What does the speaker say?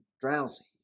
drowsy